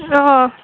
अँ